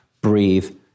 breathe